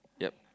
yup